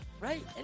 right